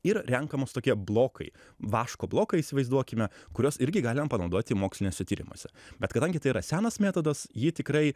ir renkamos tokie blokai vaško bloką įsivaizduokime kuriuos irgi galima panaudoti moksliniuose tyrimuose bet kadangi tai yra senas metodas jį tikrai